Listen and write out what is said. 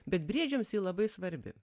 bet briedžiams ji labai svarbi